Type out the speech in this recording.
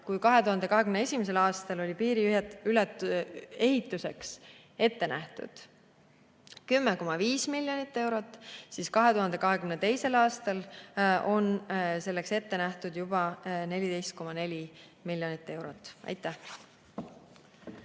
Kui 2021. aastal oli piiriehituseks ette nähtud 10,5 miljonit eurot, siis 2022. aastal on selleks ette nähtud juba 14,4 miljonit eurot. Aitäh!